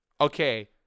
Okay